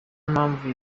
mpamvu